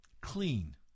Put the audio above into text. clean